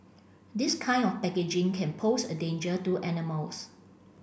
this kind of packaging can pose a danger to animals